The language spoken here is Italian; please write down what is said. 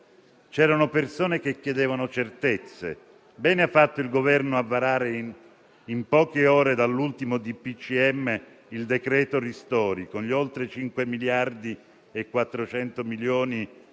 Ognuno si assuma le sue responsabilità: maggioranza e opposizione. Abbiamo il dovere di confrontarci, per combattere il Covid e per rispondere alla crisi economica e sociale.